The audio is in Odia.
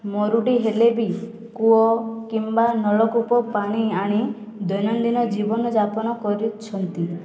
ମରୁଡ଼ି ହେଲେ ବି କୂଅ କିମ୍ବା ନଳକୂପ ପାଣି ଆଣି ଦୈନନ୍ଦିନ ଜୀବନଯାପନ କରୁଛନ୍ତି